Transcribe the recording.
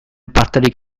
parterik